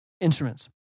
instruments